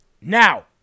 Now